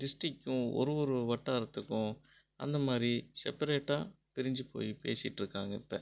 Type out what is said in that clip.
டிஸ்ட்ரிக்கும் ஒரு ஒரு வட்டாரத்துக்கும் அந்த மாதிரி செப்பரேட்டாக பிரிஞ்சு போய் பேசிட்டு இருக்காங்க இப்போ